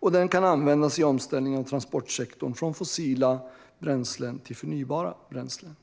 Den kan även användas i omställningen av transportsektorn från fossila bränslen till förnybara bränslen.